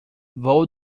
vou